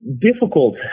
Difficult